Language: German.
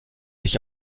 sich